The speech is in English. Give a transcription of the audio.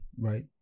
right